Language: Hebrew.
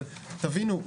אבל תבינו,